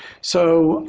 so,